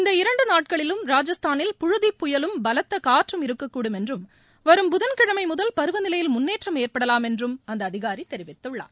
இந்த இரண்டு நாட்களிலும் ராஜஸ்தானில் புழுதிப்புயலும் பலத்தகாற்றும் இருக்கக்கூடும் என்றும் வரும் புதன்கிழமை முதல் பருவநிலையில் முன்னேற்றம் ஏற்படலாம் என்றும் அந்த அதிகாரி தெரிவித்துள்ளார்